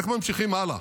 איך ממשיכים הלאה?